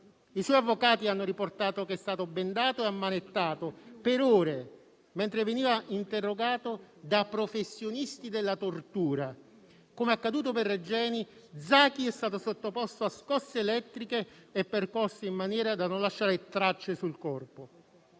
I suoi avvocati hanno riportato che è stato bendato e ammanettato per ore, mentre veniva interrogato da professionisti della tortura. Come accaduto per Regeni, Zaki è stato sottoposto a scosse elettriche e percosse, in maniera da non lasciare tracce sul corpo.